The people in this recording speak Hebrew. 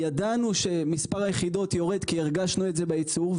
ידענו שמספר היחידות יורד כי הרגשנו את זה בייצור,